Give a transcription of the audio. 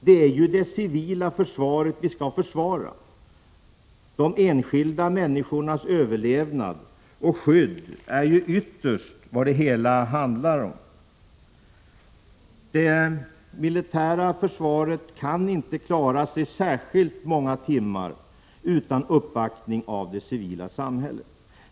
Det är det civila försvaret som skall försvaras — de enskilda människornas överlevnad och skydd är ytterst vad det hela handlar om. Det militära försvaret kan inte klara sig många timmar utan uppbackning av det civila samhället.